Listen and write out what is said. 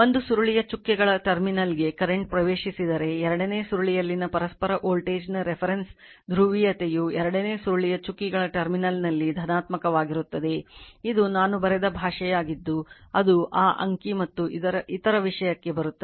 ಒಂದು ಸುರುಳಿಯ ಚುಕ್ಕೆಗಳ ಟರ್ಮಿನಲ್ಗೆ ಕರೆಂಟ್ ಪ್ರವೇಶಿಸಿದರೆ ಎರಡನೇ ಸುರುಳಿಯಲ್ಲಿನ ಪರಸ್ಪರ ವೋಲ್ಟೇಜ್ನ reference ಧ್ರುವೀಯತೆಯು ಎರಡನೇ ಸುರುಳಿಯ ಚುಕ್ಕೆಗಳ ಟರ್ಮಿನಲ್ನಲ್ಲಿ ಧನಾತ್ಮಕವಾಗಿರುತ್ತದೆ